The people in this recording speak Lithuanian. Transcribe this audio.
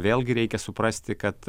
vėlgi reikia suprasti kad